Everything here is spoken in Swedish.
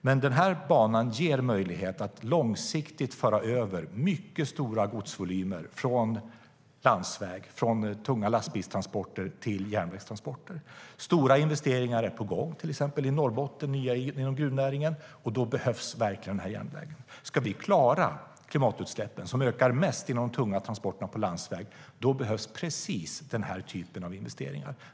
Men den här banan ger möjlighet att långsiktigt föra över mycket stora godsvolymer från landsväg och tunga lastbilstransporter till järnvägstransporter. Stora investeringar är på gång, till exempel i Norrbotten inom gruvnäringen, och då behövs verkligen den här järnvägen. Ska vi klara klimatutsläppen, som ökar mest inom de tunga transporterna på landsväg, behövs precis den här typen av investeringar.